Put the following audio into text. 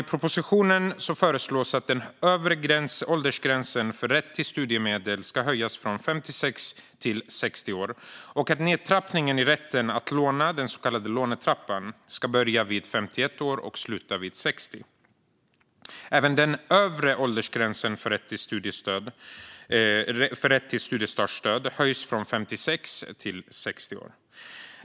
I propositionen föreslås att den övre åldersgränsen för rätt till studiemedel ska höjas från 56 till 60 år och att nedtrappningen i rätten att låna, den så kallade lånetrappan, ska börja vid 51 år och sluta vid 60. Även den övre åldersgränsen för rätt till studiestartsstöd höjs från 56 till 60 år.